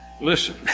Listen